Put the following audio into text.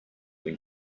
when